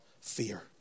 fear